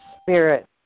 spirit